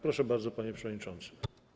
Proszę bardzo, panie przewodniczący.